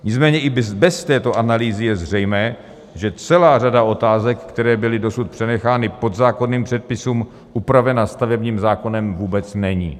Nicméně i bez této analýzy je zřejmé, že celá řada otázek, které byly dosud přenechány podzákonným předpisům, upravena stavebním zákonem vůbec není.